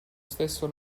stesso